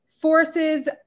forces